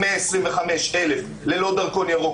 ו-4,125,000 ללא תו ירוק,